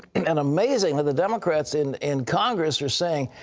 and and amazing, the democrats in in congress are saying,